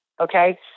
okay